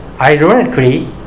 Ironically